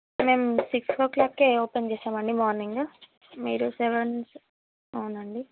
మేము six o'clock open చేస్తాం అండి మార్నింగు మీరు సెవెన్ అవునండి